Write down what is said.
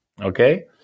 Okay